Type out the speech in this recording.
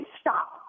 stop